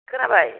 खोनाबाय